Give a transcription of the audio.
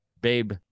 babe